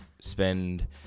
spend